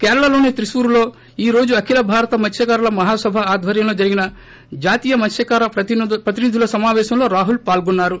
కేరళలోని త్రిస్పూర్లో ఈ రోజు అఖిల భారత మత్స్కారుల మహాసభ ఆధ్వర్యంలో జరిగిన జాతీయ మత్స్కార ప్రతినిధుల సమావేశంలో రాహసిల్ పాల్గొన్నారు